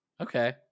Okay